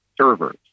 servers